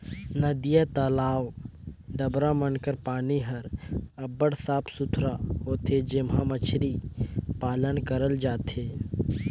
नदिया, तलवा, डबरा मन कर पानी हर अब्बड़ साफ सुथरा होथे जेम्हां मछरी पालन करल जाथे